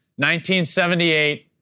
1978